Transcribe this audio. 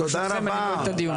ברשותכם, אני נועל את הדיון.